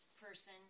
person